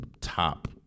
top